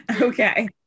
Okay